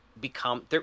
become